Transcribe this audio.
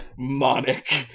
Monic